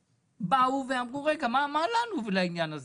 באו ואמרו: רגע, מה לנו ולעניין הזה?